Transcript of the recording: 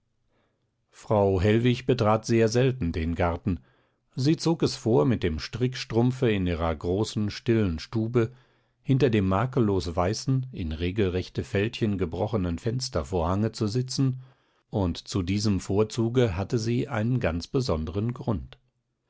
frau hellwig betrat sehr selten den garten sie zog es vor mit dem strickstrumpfe in ihrer großen stillen stube hinter dem makellos weißen in regelrechte fältchen gebrochenen fenstervorhange zu sitzen und zu diesem vorzuge hatte sie einen ganz besonderen grund